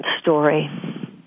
story